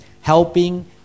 helping